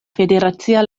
federacia